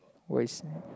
what you saying